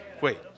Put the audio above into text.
Wait